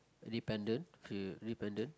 dependent feel dependent